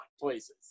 places